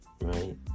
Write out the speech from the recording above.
right